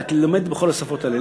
כי למדתי בכל השפות האלה.